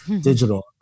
digital